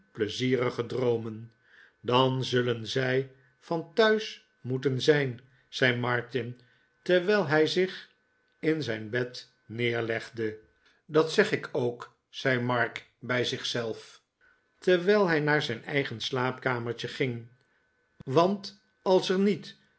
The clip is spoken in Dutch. pleizierige droomen dan zullen zij van thuis moeten zijn zei martin terwijl hij zich in zijn bed neerlegde dat zeg ik ook zei mark bij zich zelf terwijl hij naar zijn eigen slaapkamertje ging want als er niet